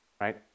right